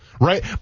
right